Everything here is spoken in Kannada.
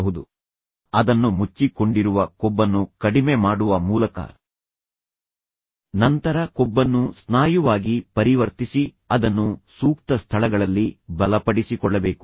ನೀವು ಅದನ್ನು ಹೊರಗೆ ತರಬೇಕು ಅದನ್ನು ಮುಚ್ಚಿ ಕೊಂಡಿರುವ ಕೊಬ್ಬನ್ನು ಕಡಿಮೆ ಮಾಡುವ ಮೂಲಕ ನೀವು ಬಹಿರಂಗಪಡಿಸಬೇಕು ನಂತರ ಕೊಬ್ಬನ್ನು ಸ್ನಾಯುವಾಗಿ ಪರಿವರ್ತಿಸಿ ಅದನ್ನು ಸೂಕ್ತ ಸ್ಥಳಗಳಲ್ಲಿ ಬಲಪಡಿಸಿಕೊಳ್ಳಬೇಕು